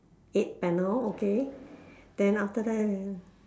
eight panel okay then after that